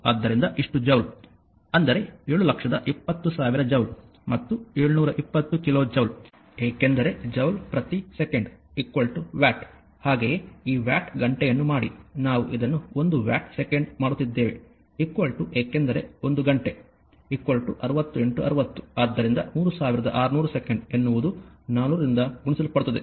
ಆದ್ದರಿಂದ ಇಷ್ಟು ಜೌಲ್ ಅಂದರೆ 720000 ಜೌಲ್ ಮತ್ತು 720 ಕಿಲೋ ಜೌಲ್ ಏಕೆಂದರೆ ಜೌಲ್ ಪ್ರತಿ ಸೆಕೆಂಡ್ ವ್ಯಾಟ್ ಹಾಗೆಯೇ ಈ ವ್ಯಾಟ್ ಗಂಟೆಯನ್ನು ಮಾಡಿ ನಾವು ಇದನ್ನು ಒಂದು ವ್ಯಾಟ್ ಸೆಕೆಂಡ್ ಮಾಡುತ್ತಿದ್ದೇವೆ ಏಕೆಂದರೆ ಒಂದು ಗಂಟೆ 60 60 ಆದ್ದರಿಂದ 3600 ಸೆಕೆಂಡ್ ಎನ್ನುವುದು 400 ರಿಂದ ಗುಣಿಸಲ್ಪಡುತ್ತದೆ